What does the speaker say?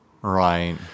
Right